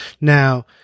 Now